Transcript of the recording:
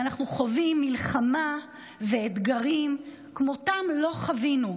ואנחנו חווים מלחמה ואתגרים שכמותם לא חווינו,